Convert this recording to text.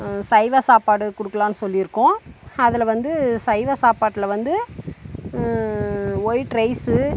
சைவ சாப்பாடு கொடுக்கலான்னு சொல்லிருக்கோம் அதில் வந்து சைவ சாப்பாட்டில வந்து ஒயிட் ரைஸு